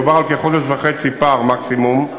מדובר על כחודש וחצי פער מקסימום,